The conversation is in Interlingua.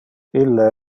ille